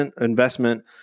investment